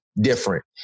different